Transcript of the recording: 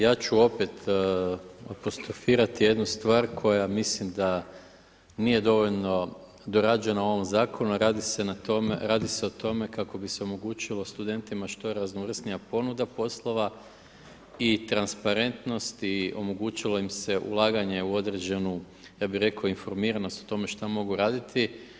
Ja ću opet apostrofirati jednu stvar koja mislim da nije dovoljno dorađena ovom Zakonu, a radi se na tome, a radi se o tome kako bi se omogućilo studentima što raznovrsnija ponuda poslova i transparentnost i omogućilo im se ulaganje u odrađenu ja bih rekao, informiranost o tome šta mogu raditi.